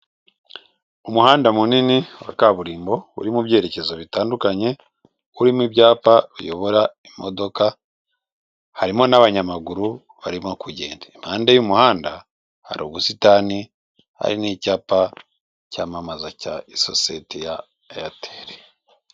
Umuhanda munini wa kaburimbo uri mu byerekezo bitandukanye, urimo ibyapa biyobora imodoka, harimo n'abanyamaguru barimo kugenda. Impande y'umuhanda hari ubusitani hari n'icyapa cyamamaza cya sosiyete ya Eyateri.